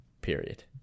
period